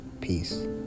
Peace